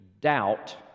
doubt